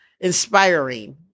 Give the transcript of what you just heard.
inspiring